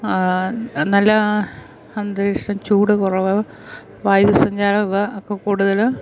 നല്ല അന്തരീക്ഷ ചൂട് കുറവ് വായുസഞ്ചാരം ഒക്കെ കൂടുതല്